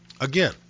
again